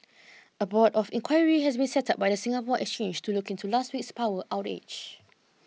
a board of inquiry has been set up by the Singapore Exchange to look into last week's power outage